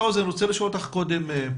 אנחנו כמובן נעקוב אחרי הנושא הזה.